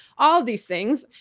all of these things.